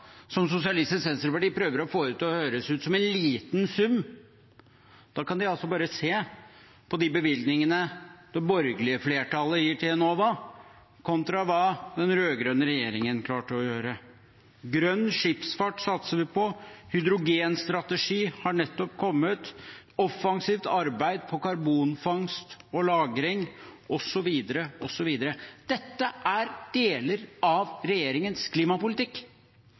som Sosialistisk Venstreparti prøver å få til å høres ut som en liten sum. Da kan de bare se på de bevilgningene det borgerlige flertallet gir til Enova kontra hva den rød-grønne regjeringen klarte å gjøre. Grønn skipsfart satser vi på, hydrogenstrategien har nettopp kommet, offensivt arbeid på karbonfangst og lagring osv., osv. –dette er deler av regjeringens klimapolitikk.